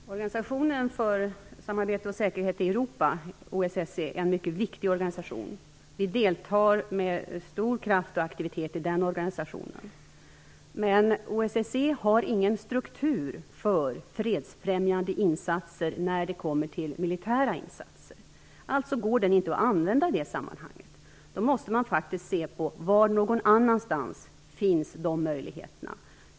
Fru talman! Organisationen för samarbete och säkerhet i Europa, OSSE, är en mycket viktig organisation. Vi deltar med stor kraft och aktivitet i den organisationen. Men OSSE har ingen struktur för fredsfrämjande insatser när det kommer till militära insatser. Det går alltså inte att använda den i det sammanhanget. Då måste man se på var de möjligheterna finns.